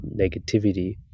negativity